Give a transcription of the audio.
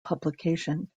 publication